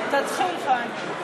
תתחיל, חיים.